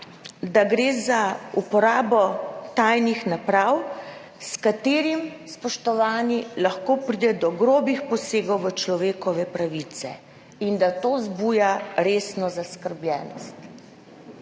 da gre za uporabo tajnih naprav, s katerimi lahko, spoštovani, pride do grobih posegov v človekove pravice in da to vzbuja resno zaskrbljenost.